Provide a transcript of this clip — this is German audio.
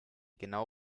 genau